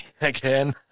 again